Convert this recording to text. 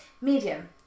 medium